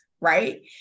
right